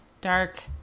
dark